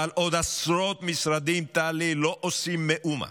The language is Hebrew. אבל עוד עשרות משרדים, טלי, לא עושים מאומה.